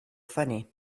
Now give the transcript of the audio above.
funny